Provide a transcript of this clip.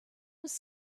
was